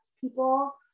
people